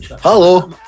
Hello